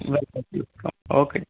welcome ਜੀ okay